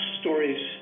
stories